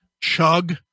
chug